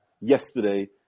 yesterday